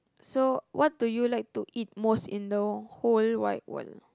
so what do you like to eat most in the whole wide world